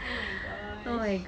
oh my gosh